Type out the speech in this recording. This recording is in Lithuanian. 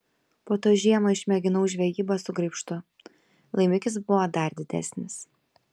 po to žiemą išmėginau žvejybą su graibštu laimikis buvo dar didesnis